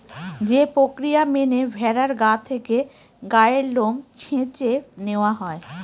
যে প্রক্রিয়া মেনে ভেড়ার গা থেকে গায়ের লোম চেঁছে নেওয়া হয়